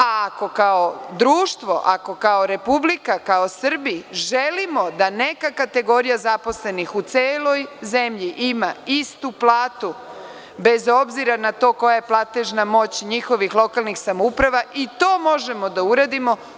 Ako kao društvo, ako kao republika, kao Srbi želimo da neka kategorija zaposlenih u celoj zemlji ima istu platu, bez obzira na to koja je platežna moć njihovih lokalnih samouprava i to možemo da uredimo.